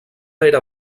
era